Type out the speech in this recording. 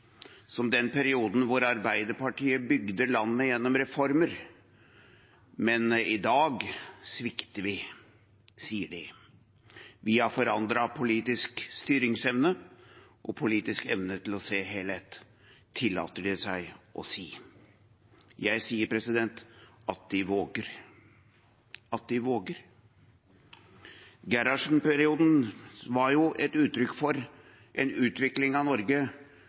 som den perioden hvor Arbeiderpartiet bygde landet gjennom reformer. Men i dag svikter vi, sier de, vi har forandret politisk styringsevne og politisk evne til å se helhet, tillater de seg å si. Jeg sier: At de våger! Gerhardsen-perioden var jo et uttrykk for en utvikling av Norge